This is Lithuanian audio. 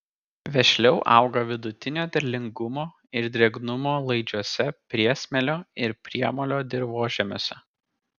vešliau auga vidutinio derlingumo ir drėgnumo laidžiuose priesmėlio ir priemolio dirvožemiuose